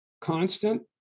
constant